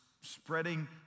spreading